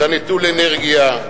אתה נטול אנרגיה,